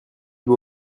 beau